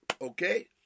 Okay